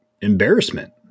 embarrassment